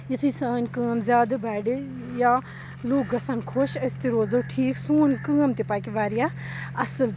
یُتھُے سٲنۍ کٲم زیادٕ بَڑِ یا لُکھ گَژھَن خۄش أسۍ تہِ روزو ٹھیٖک سون کٲم تہِ پَکہِ واریاہ اَصٕل